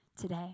today